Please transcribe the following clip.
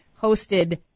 hosted